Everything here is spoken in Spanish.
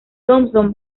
thomson